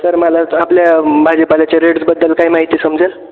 sir मला आपल्या भाजेपाल्याच्या रेट्सबद्दल काही माहिती समजेल